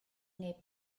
neu